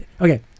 Okay